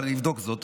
אבל אני אבדוק זאת.